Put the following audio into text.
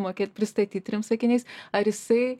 mokėt pristatyt trim sakiniais ar jisai